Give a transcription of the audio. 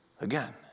again